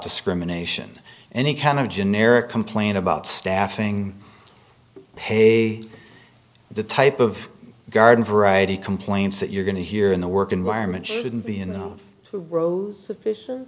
discrimination any kind of generic complain about staffing pay the type of garden variety complaints that you're going to hear in the work environment shouldn't be in